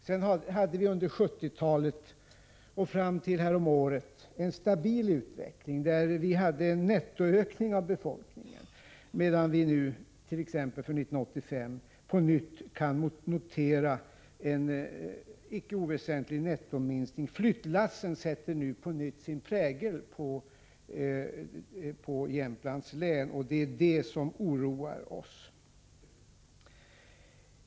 Sedan hade vi under 1970-talet och fram till häromåret en stabil utveckling, med en nettoökning av befolkningen, medan vi nu t.ex. för 1985 på nytt kan notera en icke oväsentlig nettominskning. Flyttlassen sätter nu på nytt sin prägel på Jämtlands län. Det är det som oroar OSS.